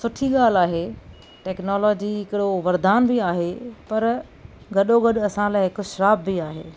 सुठी ॻाल्हि आहे टेक्नोलॉजी हिकिड़ो वरदान बि आहे पर गॾो गॾु असां लाइ हिक श्राप बि आहे